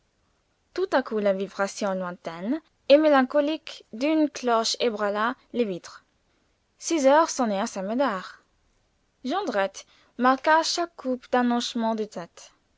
tout à coup la vibration lointaine et mélancolique d'une cloche ébranla les vitres six heures sonnaient à saint-médard jondrette marqua chaque coup d'un hochement de tête